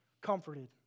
comforted